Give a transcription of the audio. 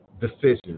decision